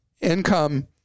income